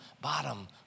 bottom